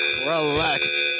Relax